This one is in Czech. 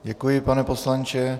Děkuji, pane poslanče.